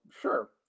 sure